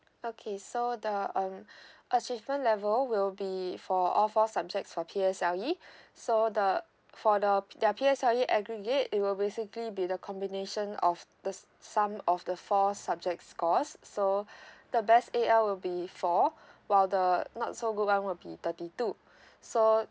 okay so the um achievement level will be for all four subject for P_S_L_E so the for the the P_S_L_E aggregate it will basically be the combination of the sum of the four subject scores so the best A L will be four while the not so good one will be thirty two so